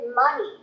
money